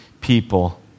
people